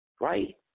Right